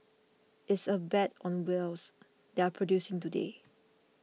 it's a bet on wells that are producing today